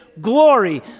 glory